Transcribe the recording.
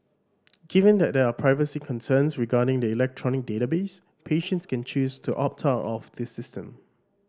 given that there are privacy concerns regarding the electronic database patients can choose to opt out of the system